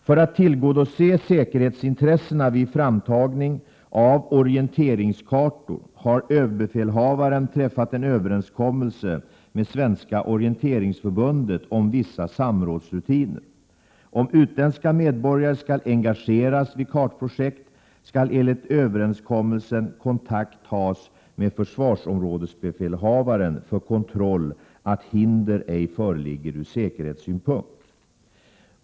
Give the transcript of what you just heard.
För att tillgodose säkerhetsintressena vid framtagning av orienteringskartor har överbefälhavaren träffat en överenskommelse med Svenska orienteringsförbundet om vissa samrådsrutiner. Om utländska medborgare skall engageras vid kartprojekt skall enligt överenskommelsen kontakt tas med försvarsområdesbefälhavaren för kontroll av att förhinder ej föreligger ur säkerhetssynpunkt.